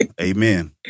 amen